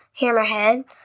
hammerhead